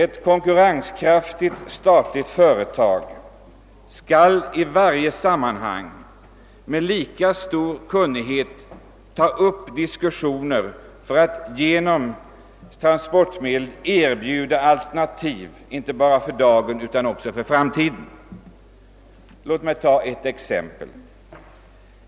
Ett konkurrenskraftigt statligt företag måste i varje sammanhang kunna erbjuda alternativ inte bara för dagen, utan också för framtiden. Låt mig ta ett exempel!